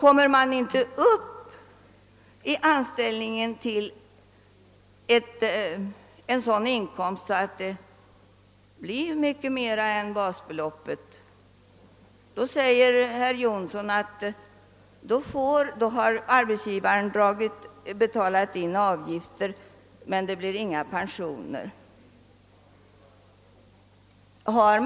Om man i anställningen inte kommer upp till sådan inkomst att det blir fråga om en liten del utöver basbeloppet, så skall arbetsgivaren betala in avgiften, säger herr Jonsson i Mora.